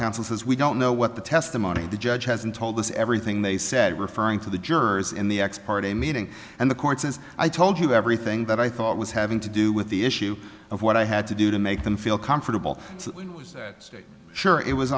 counsel says we don't know what the testimony the judge hasn't told us everything they said referring to the jurors in the ex parte meeting and the court since i told you everything that i thought was having to do with the issue of what i had to do to make them feel comfortable sure it was